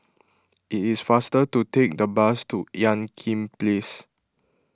it is faster to take the bus to Ean Kiam Place